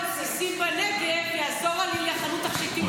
הנושאים בנטל יעזור --- לחנות תכשיטים בתל אביב.